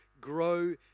grow